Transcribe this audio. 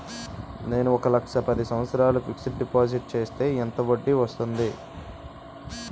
నేను ఒక లక్ష పది సంవత్సారాలు ఫిక్సడ్ డిపాజిట్ చేస్తే ఎంత వడ్డీ వస్తుంది?